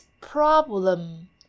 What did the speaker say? Problem